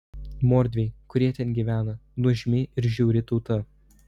mordviai kurie ten gyvena nuožmi ir žiauri tauta